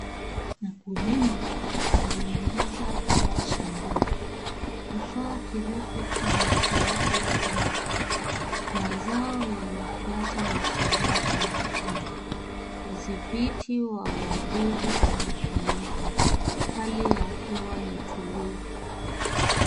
Mkulima ananyunyiza dawa shambani. Kifaa kirefu kinatoa ukungu, mazao yanapata matibabu muhimu, udhibiti wa wadudu unafanyika. Hali ya hewa ni tulivu.